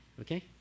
okay